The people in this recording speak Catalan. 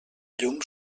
llum